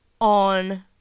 on